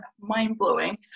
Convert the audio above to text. mind-blowing